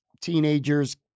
teenagers